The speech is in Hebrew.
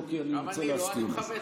לא כי אני רוצה להסתיר משהו.